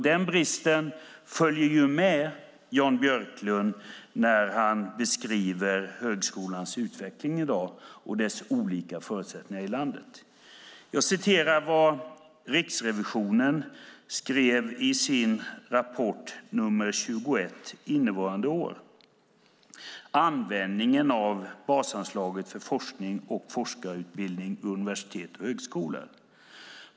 Den bristen följer med Jan Björklund när han beskriver högskolans utveckling och dess olika förutsättningar i landet i dag. Jag ska citera vad Riksrevisionen skrev i sin rapport nr 21, Användningen av basanslaget för forskning och forskarutbildning , innevarande år.